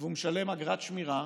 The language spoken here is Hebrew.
והוא משלם אגרת שמירה,